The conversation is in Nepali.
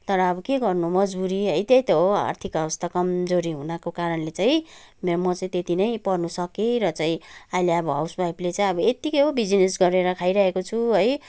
तर अब के गर्नु मजबुरी है त्यहि त हो आर्थिक अवस्था कमजोरी हुनको कारणले चाहिँ म चाहिँ त्यति नै पढ्नु सकेँ र चाहिँ अहिले अब हाउस वाइफले चाहिँ यतिकै हो बिजनेस गरेर खाइराखेको छु है